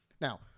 Now